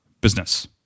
business